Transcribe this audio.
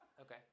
Okay